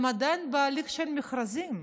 הם עדיין בהליך של מכרזים.